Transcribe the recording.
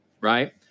right